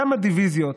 כמה דיוויזיות